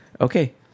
okay